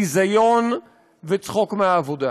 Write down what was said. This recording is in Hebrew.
ביזיון וצחוק מהעבודה.